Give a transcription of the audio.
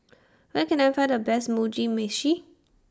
Where Can I Find The Best Mugi Meshi